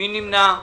מי נמנע?